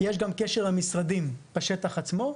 יש גם קשר למשרדים בשטח עצמו,